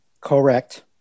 Correct